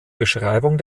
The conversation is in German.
beschreibung